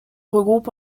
regroupe